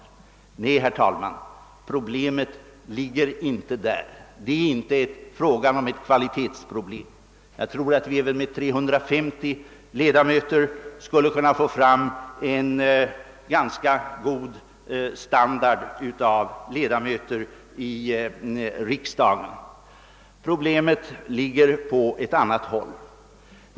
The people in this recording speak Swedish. Nej, herr talman, problemet ligger inte där; det är inte fråga om ett kvalitetsproblem. Jag tror att vi även med 350 ledamöter skall kunna få fram en riksdag av ganska god standard. Problemet ligger på ett annat håll.